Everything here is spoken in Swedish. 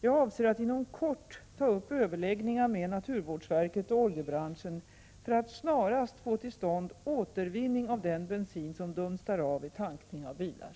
Jag avser att inom kort ta upp överläggningar med naturvårdsverket och oljebranschen för att snarast få till stånd återvinning av den bensin som dunstar av vid tankning av bilar.